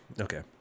okay